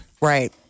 Right